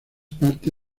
parte